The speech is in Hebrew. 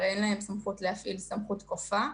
אין להם סמכות להפעיל סמכות כופה.